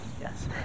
Yes